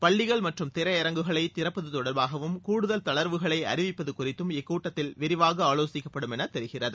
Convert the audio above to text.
பள்ளிகள் மற்றும் திரையரங்குகளை திறப்பது தொடர்பாகவும் கூடுதல் தளர்வுகளை அறிவிப்பது குறித்தும் இக்கூட்டத்தில் விரிவாக ஆலோசிக்கப்படும் என்று தெரிகிறது